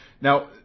now